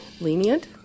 lenient